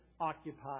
occupied